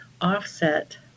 offset